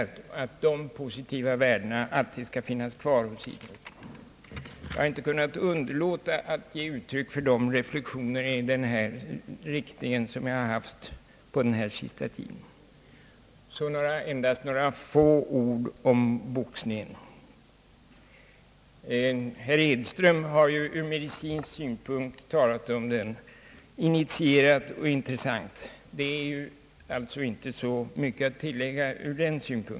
Jag tror att dessa positiva värden alltid skall finnas kvar hos idrotten. Jag har inte kunnat underlåta att ge uttryck för de reflexioner i denna riktning som jag har gjort under den senaste tiden. Så vill jag säga några ord om boxningen. Herr Edström har ju initierat och intressant behandlat boxningen ur medicinsk synvinkel. I det avseendet finns alltså inte så mycket att tillägga.